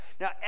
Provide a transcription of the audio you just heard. Now